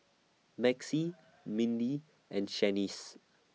Maxie Mindy and Shaniece